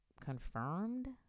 confirmed